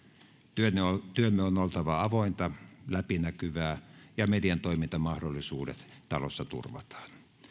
työmme on oltava avointa ja läpinäkyvää ja median toimintamahdollisuudet talossa turvataan